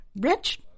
rich